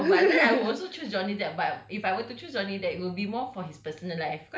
okay eh no but then I would also choose johnny depp but if I were to choose johnny depp it will be more for his